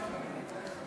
הסדרי פשרה והסתלקות),